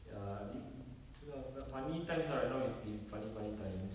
ya di~ itu lah funny times lah right now it's the funny funny times